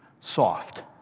Soft